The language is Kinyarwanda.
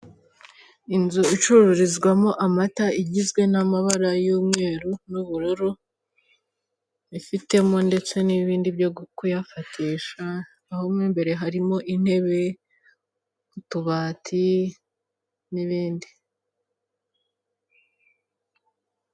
Inzu icururizwamo amata igizwe n'amabara y'umweru n'ubururu ifitemo ndetse n'ibindi byo kuyafatisha aho mu imbere harimo intebe utubati n'ibindi.